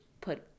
put